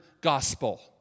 gospel